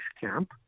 camp